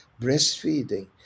breastfeeding